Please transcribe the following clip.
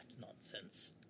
nonsense